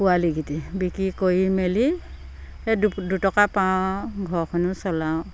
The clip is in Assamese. পোৱালিকিটি বিক্ৰী কৰি মেলি দুটকা পাওঁ ঘৰখনো চলাওঁ